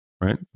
right